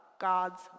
god's